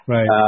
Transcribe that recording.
Right